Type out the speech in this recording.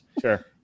Sure